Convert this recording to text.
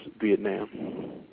Vietnam